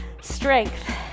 Strength